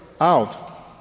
out